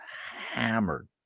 hammered